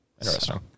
interesting